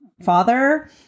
father